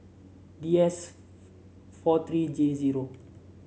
D S four three J zero